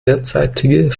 derzeitige